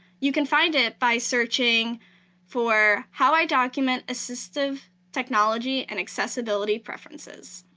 you can find it by searching for how i document assistive technology and accessibility preferences.